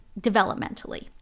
developmentally